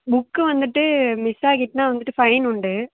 book வந்துட்டு miss ஆகிட்டுனால் வந்துட்டு ஃபைன் உண்டு